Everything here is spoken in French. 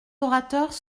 orateurs